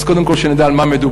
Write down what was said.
אז קודם כול שנדע על מה מדובר.